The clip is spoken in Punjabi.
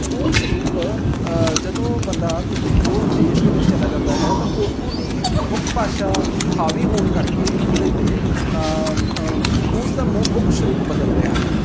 ਉਹ ਸਰੂਪ ਜਦੋਂ ਬੰਦਾ ਕਿਤੇ ਹੋਰ ਦੇਸ਼ ਦੇ ਵਿੱਚ ਚਲਾ ਜਾਂਦਾ ਹੈ ਤਾਂ ਉੱਥੋਂ ਦੀ ਮੁੱਖ ਭਾਸ਼ਾ ਹਾਵੀ ਹੋਣ ਕਰਕੇ ਉਹਦੇ 'ਤੇ ਉਸਦਾ ਮ ਮੁੱਖ ਸਰੂਪ ਬਦਲ ਰਿਹਾ ਹੈ